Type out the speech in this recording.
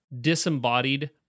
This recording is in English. disembodied